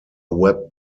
web